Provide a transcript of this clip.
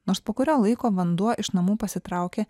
nors po kurio laiko vanduo iš namų pasitraukė